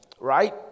right